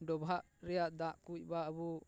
ᱰᱚᱵᱷᱟᱜ ᱨᱮᱭᱟᱜ ᱫᱟᱜ ᱠᱚ ᱵᱟ ᱟᱵᱚ